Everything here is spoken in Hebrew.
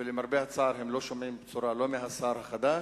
ולמרבה הצער, הם לא שומעים בשורה, לא מהשר החדש,